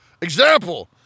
example